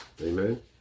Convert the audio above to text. Amen